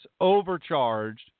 overcharged